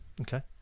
okay